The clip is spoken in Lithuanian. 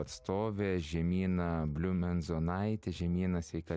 atstovė žemyna bliumenzonaitė žemyna sveika